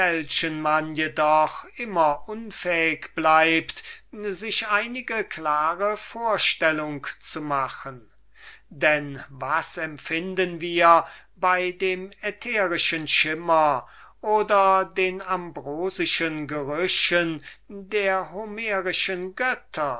jedoch immer unfähig bleibt sich einige klare vorstellung zu machen denn was empfinden wir bei dem ätherischen schimmer oder den ambrosischen gerüchen der homerischen götter